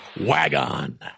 Wagon